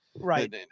right